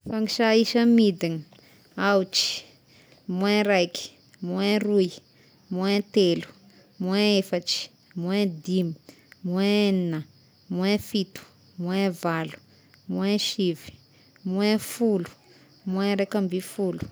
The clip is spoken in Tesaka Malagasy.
Fangisà isa midigna: aotry, moins raiky, moins roy, moins telo, moins efatry, moins dimy, moins egnina, moins fito, moins valo, moins sivy, moins folo, moins raika amby folo.